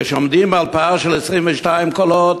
כשעומדים על פער של 22 קולות,